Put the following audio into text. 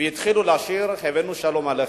והתחילו לשיר "הבאנו שלום עליכם".